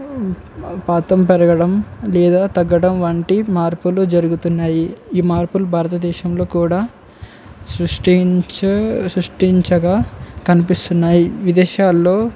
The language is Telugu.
పాతం పెరగడం లేదా తగ్గడం వంటి మార్పులు జరుగుతున్నాయి ఈ మార్పులు భారతదేశంలో కూడా సృష్టించ సృష్టించగా కనిపిస్తున్నాయి విదేశాల్లో